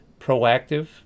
proactive